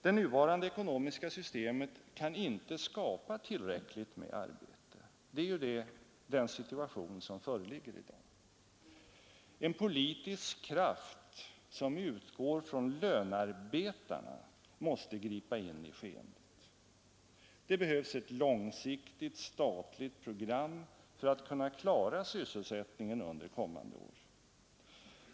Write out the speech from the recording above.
Det nuvarande ekonomiska systemet kan inte skapa tillräckligt med arbete — det är ju den situation som föreligger i dag. En politisk kraft som utgår från lönarbetarna måste gripa in i skeendet. Det behövs ett långsiktigt statligt program för att kunna klara sysselsättningen under kommande år.